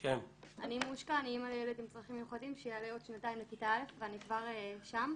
אני אימא לילד עם צרכים מיוחדים שיעלה עוד שנתיים לכיתה א' ואני כבר שם.